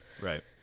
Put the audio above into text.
Right